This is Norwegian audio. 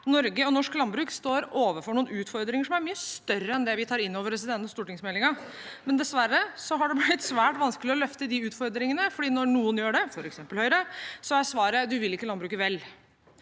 norsk landbruk står overfor noen utfordringer som er mye større enn det vi tar inn over oss i denne stortingsmeldingen, men dessverre har det blitt svært vanskelig å løfte de utfordringene, for når noen gjør det, f.eks. Høyre, er svaret: Dere vil ikke landbruket vel.